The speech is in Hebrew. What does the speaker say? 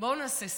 בואו נעשה סדר.